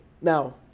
now